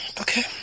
Okay